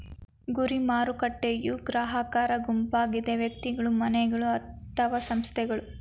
ಗುರಿ ಮಾರುಕಟ್ಟೆಯೂ ಗ್ರಾಹಕರ ಗುಂಪಾಗಿದೆ ವ್ಯಕ್ತಿಗಳು, ಮನೆಗಳು ಅಥವಾ ಸಂಸ್ಥೆಗಳು